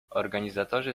organizatorzy